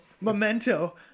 Memento